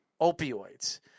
opioids